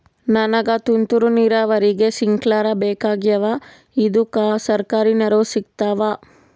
ನನಗ ತುಂತೂರು ನೀರಾವರಿಗೆ ಸ್ಪಿಂಕ್ಲರ ಬೇಕಾಗ್ಯಾವ ಇದುಕ ಸರ್ಕಾರಿ ನೆರವು ಸಿಗತ್ತಾವ?